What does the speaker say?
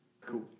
Cool